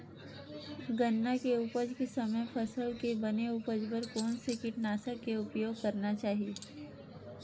गन्ना के उपज के समय फसल के बने उपज बर कोन से कीटनाशक के उपयोग करना चाहि?